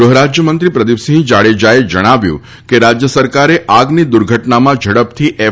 ગૃહ રાજ્યમંત્રી પ્રદીપસિંહ જાડેજાએ જણાવ્યું હતું કે રાજ્ય સરકારે આગની દુર્ધટનામાં ઝડપથી એફ